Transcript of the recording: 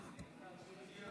היושב-ראש,